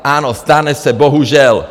Ano, stane se, bohužel.